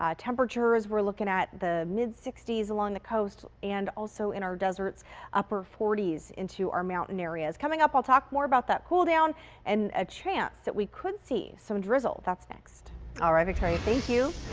ah temperatures we're looking at the mid sixty s along the coast and also in our deserts upper forty s into our mountain areas coming up we'll talk more about that cool down and a chance that we could see some drizzle that's next all right okay, thank you.